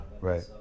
Right